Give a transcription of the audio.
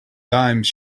dimes